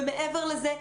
ומעבר לזה,